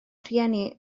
rhieni